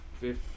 fifth